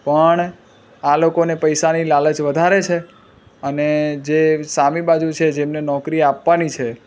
પણ આ લોકોને પૈસાની લાલચ વધારે છે અને જે સામી બાજુ છે જેમને નોકરી આપવાની છે